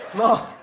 know?